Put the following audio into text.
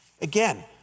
Again